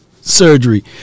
Surgery